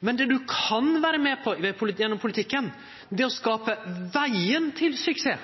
Men det ein kan vere med på gjennom politikken, er å skape vegen til suksess,